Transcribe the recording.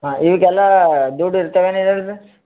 ಹಾಂ ಈಗೆಲ್ಲ ದುಡ್ಡು ಇರ್ತವೇನು